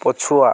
ପଛୁଆ